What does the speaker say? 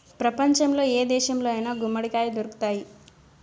ప్రపంచంలో ఏ దేశంలో అయినా గుమ్మడికాయ దొరుకుతాయి